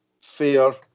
fair